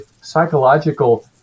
psychological